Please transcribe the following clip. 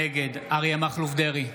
נגד אריה מכלוף דרעי,